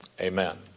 Amen